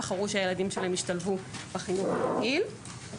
בחרו שהילדים שלהם ישתלבו בחינוך הרגיל.